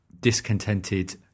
discontented